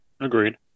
Agreed